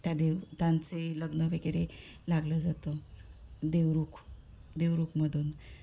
त्या देव त्यांचे लग्न वगैरे लागलं जातं देवरुख देवरुखमधून